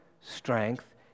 strength